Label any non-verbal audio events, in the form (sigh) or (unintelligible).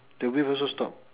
the (unintelligible) also stop